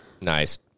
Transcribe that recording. Nice